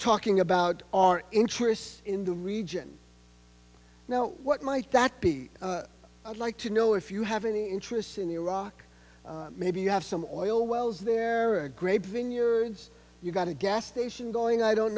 talking about our interests in the region now what might that be i'd like to know if you have any interests in iraq maybe you have some oil wells there are great vineyards you've got a gas station going i don't